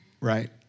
right